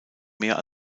mehr